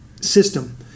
system